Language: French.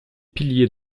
piliers